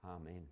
Amen